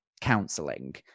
counseling